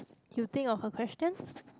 you think of a question